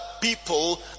people